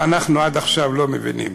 אנחנו עד עכשיו לא מבינים.